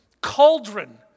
cauldron